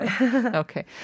Okay